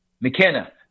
McKenna